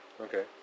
Okay